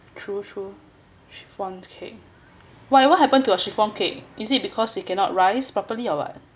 true true chiffon cake whatever happen to your chiffon cake is it because you cannot rise properly or what